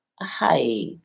Hi